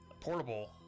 portable